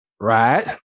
Right